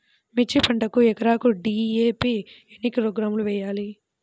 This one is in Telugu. మిర్చి పంటకు ఎకరాకు డీ.ఏ.పీ ఎన్ని కిలోగ్రాములు వేయాలి?